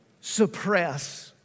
suppress